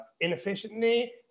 inefficiently